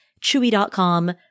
Chewy.com